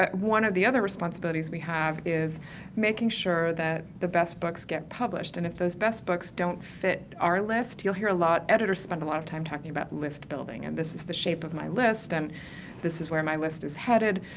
one of the other responsibilities we have is making sure that the best books get published and if those best books don't fit our list you'll hear a lot-editors spend a lot of time talking about list building, and this is the shape of my list, and this is where my list is headed,